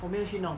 我没有去弄